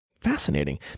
Fascinating